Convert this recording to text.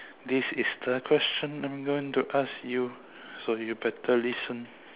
this is the question I'm going to ask you so you better listen